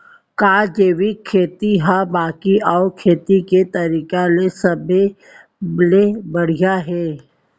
का जैविक खेती हा बाकी अऊ खेती के तरीका ले सबले बढ़िया हे?